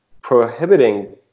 prohibiting